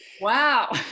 Wow